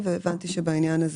אבל לא שמעתי על זה.